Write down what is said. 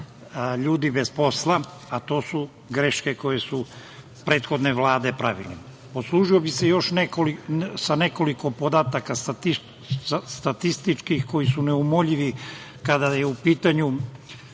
ljudi bez posla, a to su greške koje su prethodne vlade pravile. Poslužio bih se sa još nekoliko statističkih podataka koji su neumoljivi kada je u pitanju